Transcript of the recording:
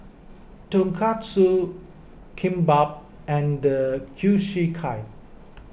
Tonkatsu Kimbap and Kushiyaki